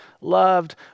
loved